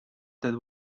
that